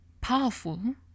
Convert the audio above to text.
powerful